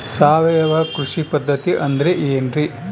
ಸಾವಯವ ಕೃಷಿ ಪದ್ಧತಿ ಅಂದ್ರೆ ಏನ್ರಿ?